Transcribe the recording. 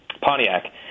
Pontiac